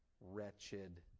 wretched